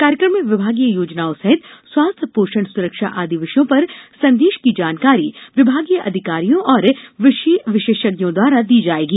कार्यक्रम में विभागीय योजनाओं सहित स्वास्थ्य पोषण सुरक्षा आदि विषयों पर संदेश की जानकारी विभागीय अधिकारियों और विषय विशेषज्ञों द्वारा दी जायेगी